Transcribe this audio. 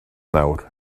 nawr